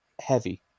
heavy